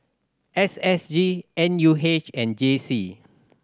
S S G N U H and J C